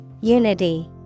Unity